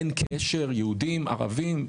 אין קשר יהודים, ערבים.